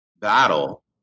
battle